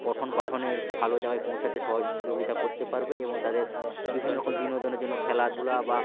পঠন পাঠনের ভালো জাগায় পৌঁছাতে সহযোগিতা করতে পারবে এবং তাদের বিভিন্ন রকম বিনোদনের জন্য খেলাধুলা বা